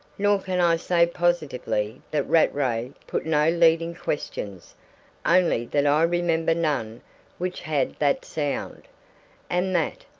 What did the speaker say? nor can i say positively that rattray put no leading questions only that i remember none which had that sound and that,